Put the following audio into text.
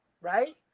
Right